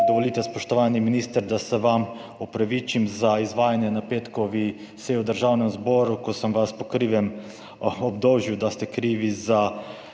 dovolite, spoštovani minister, da se vam opravičim za izvajanje na petkovi seji v Državnem zboru, ko sem vas po krivem obdolžil, da ste krivi za